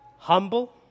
Humble